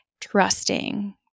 trusting